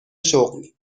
شغل